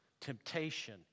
temptation